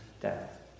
death